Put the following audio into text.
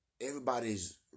everybody's